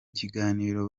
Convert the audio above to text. kiganiro